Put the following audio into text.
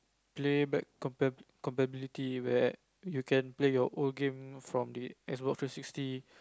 play back compatibility where you can play your old game from the X-box three sixty